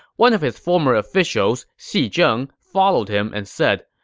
one of his former officials, xi zheng, followed him and said,